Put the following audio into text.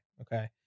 Okay